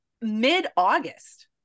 mid-August